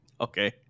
Okay